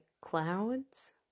clouds